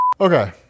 Okay